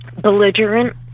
belligerent